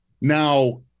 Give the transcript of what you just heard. Now